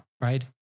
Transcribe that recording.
right